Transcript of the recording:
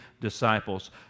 disciples